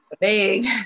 big